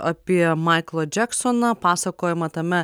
apie maiklą džeksoną pasakojama tame